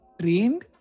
trained